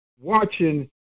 watching